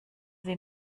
sie